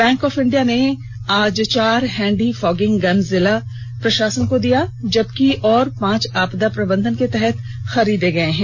bank of India ने आज चार हैंण्डी फॉगिंग गन जिला प्रशासन दियाजबकि और पॉच आपदा प्रबंधन के तहत खरीदे गए हैं